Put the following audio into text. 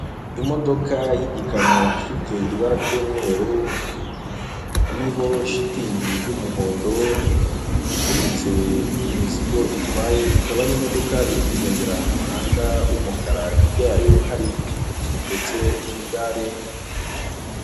Imodoka y'igikamyo ifite ibara ry'umweru iriho shitingi y'umuhondo ipfunyitse imizigo itwaye ikaba ari imodoka iri kugendera mu muhanda w'umukara hirya yayo hari ipikipiki ndetse n'igare.